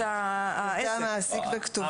פרטי המעסיק וכתובתו.